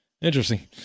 Interesting